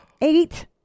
Eight